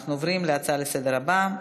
אנחנו עוברים להצעות לסדר-היום הבאות: